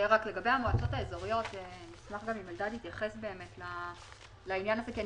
אשמח אם אלדד יתייחס גם לעניין המועצות האזוריות כי אני